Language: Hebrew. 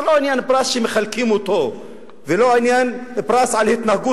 זה לא פרס שמחלקים אותו ולא עניין של פרס על התנהגות,